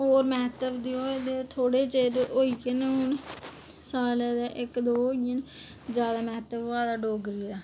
होर महत्व देओ थोह्ड़े चिर होइये न हून साल ते इक्क दो होइये न जादा महत्व होआ दा डोगरी दा